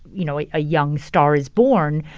you know, a young star is born,